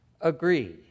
agree